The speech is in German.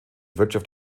wirtschaft